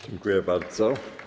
Dziękuję bardzo.